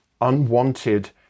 unwanted